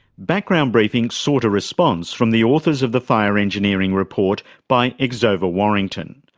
background briefing sought a response from the authors of the fire engineering report by exova warrington,